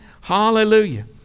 Hallelujah